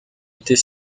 était